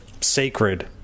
sacred